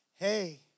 hey